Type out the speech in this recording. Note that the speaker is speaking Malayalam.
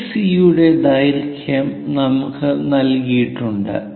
എസി യുടെ ദൈർഘ്യം നമുക്ക് നൽകിയിട്ടുണ്ട്